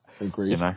Agreed